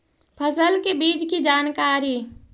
फसल के बीज की जानकारी?